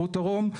פרוטרום,